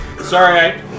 Sorry